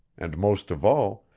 and most of all,